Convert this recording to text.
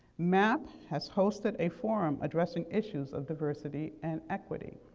mapp has hosted a forum addressing issues of diversity and equity.